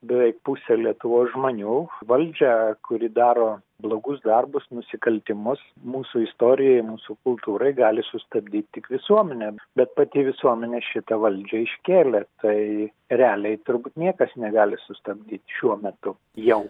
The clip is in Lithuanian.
beveik pusė lietuvos žmonių valdžią kuri daro blogus darbus nusikaltimus mūsų istorijai mūsų kultūrai gali sustabdyt tik visuomenė bet pati visuomenė šitą valdžią iškėlė tai realiai turbūt niekas negali sustabdyt šiuo metu jau